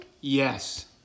Yes